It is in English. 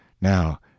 Now